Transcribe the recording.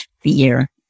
fear